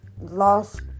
lost